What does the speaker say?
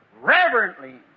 reverently